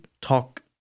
talk